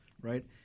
Right